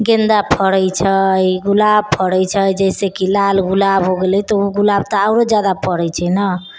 गेन्दा फड़ैत छै गुलाब फड़ैत छै जैसे कि लाल गुलाब हो गेलै तऽ ओ गुलाब तऽ आरो जादा फड़ैत छै ने